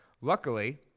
Luckily